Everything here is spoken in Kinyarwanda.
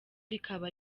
rikaba